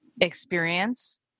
experience